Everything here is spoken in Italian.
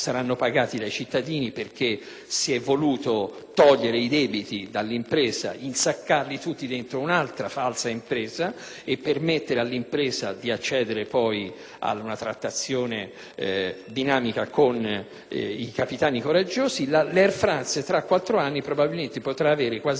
togliere i debiti dall'impresa, insaccarli tutti dentro un'altra falsa impresa e permettere all'Alitalia di accedere poi ad una trattativa dinamica con i capitani coraggiosi. L'Air France, tra quattro anni, probabilmente potrà avere quasi gratis l'impresa che avrebbe pagato e di cui si sarebbe assunta